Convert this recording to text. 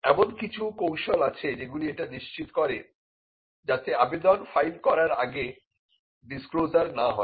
এমন কিছু কৌশল আছে যেগুলি এটা নিশ্চিত করে যাতে আবেদন ফাইল করার আগে ডিসক্লোজার না হয়